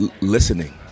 listening